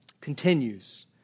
continues